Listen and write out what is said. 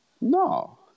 no